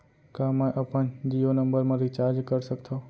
का मैं अपन जीयो नंबर म रिचार्ज कर सकथव?